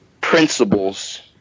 principles